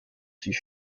sie